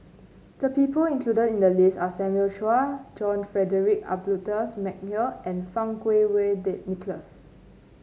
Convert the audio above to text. the people included in the list are Simon Chua John Frederick Adolphus McNair and Fang Kuo Wei Nicholas